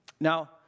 Now